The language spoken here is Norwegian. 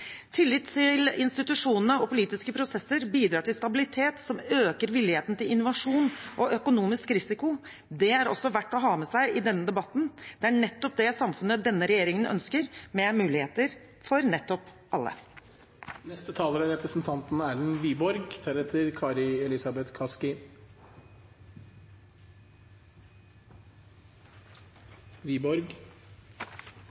Tillit til institusjonene og politiske prosesser bidrar til stabilitet, som igjen øker villigheten til innovasjon og økonomisk risiko. Det er også verdt å ha med seg i denne debatten. Det er nettopp det samfunnet denne regjeringen ønsker, med muligheter for nettopp alle. Norge er